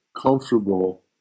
comfortable